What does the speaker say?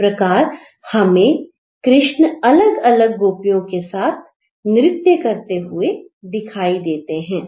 इस प्रकार हमें कृष्ण अलग अलग गोपियों के साथ नृत्य करते हुए दिखाई देते हैं